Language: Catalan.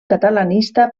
catalanista